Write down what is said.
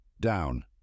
down